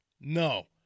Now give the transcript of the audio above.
No